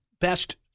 best